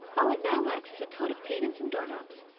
all it now lacks is a coat of paint and some doorknobs.